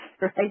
right